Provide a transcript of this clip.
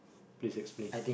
please explain